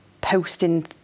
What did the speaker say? posting